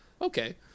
Okay